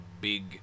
big